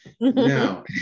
now